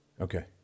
Okay